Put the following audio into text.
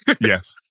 Yes